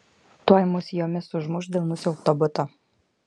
tuoj mus jomis užmuš dėl nusiaubto buto